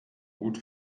gut